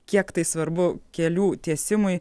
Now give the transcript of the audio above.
kiek tai svarbu kelių tiesimui